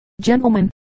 Gentlemen